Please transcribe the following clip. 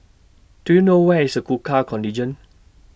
Do YOU know Where IS Gurkha Contingent